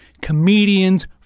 comedians